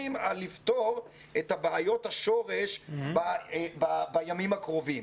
על לפתור את בעיות השורש בימים הקרובים,